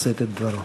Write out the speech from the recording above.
לשאת את דברו.